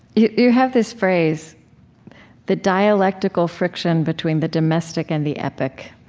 you you have this phrase the dialectical friction between the domestic and the epic.